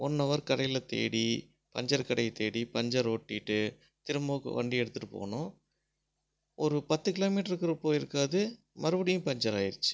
one hour கடையில் தேடி puncture கடையை தேடி பஞ்சர் ஒட்டிகிட்டு திரும்பவும் வண்டி எடுத்துட்டு போனோம் ஒரு பத்து கிலோமீட்டர் கூட போயிருக்காது மறுபடியும் பஞ்சர் ஆகிடுச்சு